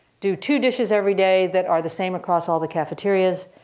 do two dishes every day that are the same across all the cafeterias.